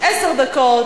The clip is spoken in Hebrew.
עשר דקות.